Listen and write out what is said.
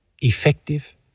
effective